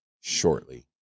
shortly